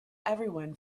everyone